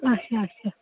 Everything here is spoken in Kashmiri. اچھا اچھا